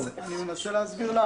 אני מבקש להעיר שתי